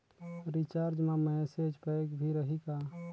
Recharge मा message pack भी रही का?